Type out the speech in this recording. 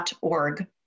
.org